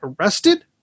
arrested